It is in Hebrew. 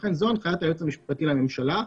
לכן זו הנחיית היועץ המשפטי לממשלה.